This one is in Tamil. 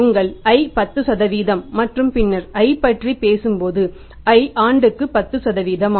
உங்கள் i 10 மற்றும் பின்னர் i பற்றி பேசும்போது i ஆண்டுக்கு 10